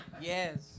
Yes